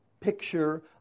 picture